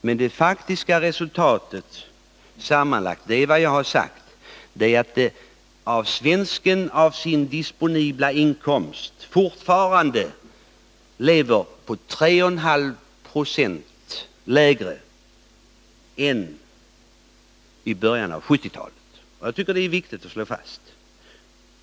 Men det faktiska resultatet sammanlagt — det är vad jag sagt — är att svensken av sin disponibla inkomst använder 3,5 90 mindre än i början av 1970. Jag tycker det är viktigt att slå fast detta.